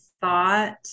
thought